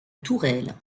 tourelle